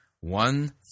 one